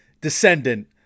Descendant